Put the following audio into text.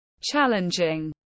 challenging